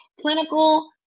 clinical